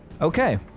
Okay